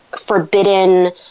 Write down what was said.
forbidden